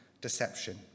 deception